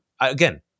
again